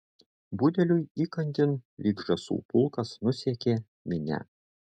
budeliui įkandin lyg žąsų pulkas nusekė minia